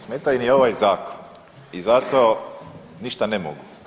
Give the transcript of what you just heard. Smeta im i ovaj zakon i zato ništa ne mogu.